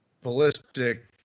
ballistic